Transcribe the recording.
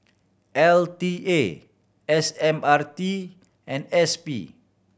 L T A S M R T and S P